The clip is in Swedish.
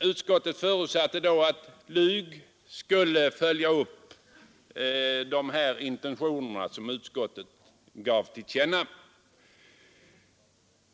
Utskottet förutsatte då att LUG skulle följa upp de intentioner som utskottet gav till känna.